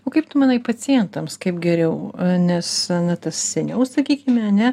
o kaip tu manai pacientams kaip geriau nes ne seniau sakykime a ne